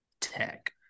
tech